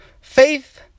faith